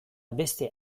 beste